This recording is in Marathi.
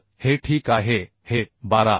तर हे ठीक आहे हे 12